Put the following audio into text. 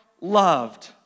loved